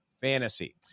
fantasy